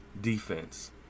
defense